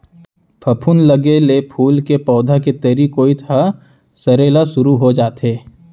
फफूंद लगे ले फूल के पउधा के तरी कोइत ह सरे ल सुरू हो जाथे